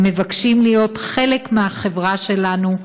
הם מבקשים להיות חלק מהחברה שלנו,